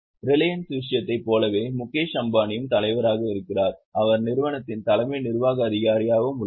Reliance விஷயத்தைப் போலவே முகேஷ் அம்பானியும் தலைவராக இருக்கிறார் அவர் நிறுவனத்தின் தலைமை நிர்வாக அதிகாரியாகவும் உள்ளார்